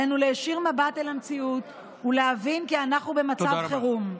עלינו להישיר מבט אל המציאות ולהבין כי אנחנו במצב חירום.